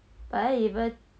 but even